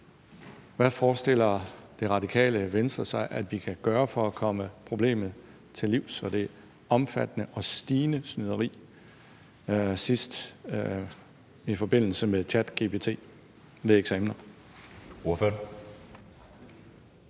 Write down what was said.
Hvad forestiller Radikale Venstre sig vi kan gøre for at komme problemet til livs med det omfattende og stigende snyderi, senest i forbindelse med ChatGPT, ved eksamener?